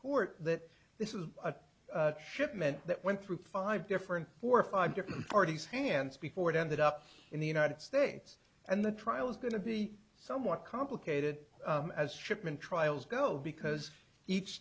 court that this is a shipment that went through five different four or five different parties hands before it ended up in the united states and the trial is going to be somewhat complicated as shipment trials go because each